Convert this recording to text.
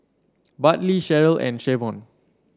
Bartley Sharyl and Shavon